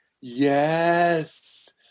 Yes